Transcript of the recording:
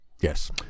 yes